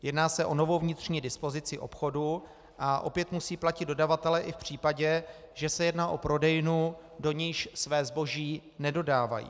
Jedná se o novou vnitřní dispozici obchodu a opět musí platit dodavatelé i v případě, že se jedná o prodejnu, do níž své zboží nedodávají.